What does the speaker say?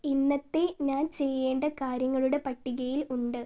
ഇന്നത്തെ ഞാൻ ചെയ്യേണ്ട കാര്യങ്ങളുടെ പട്ടികയിൽ ഉണ്ട്